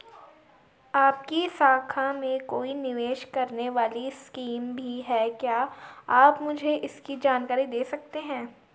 आपकी शाखा में कोई निवेश करने वाली स्कीम भी है क्या आप मुझे इसकी जानकारी दें सकते हैं?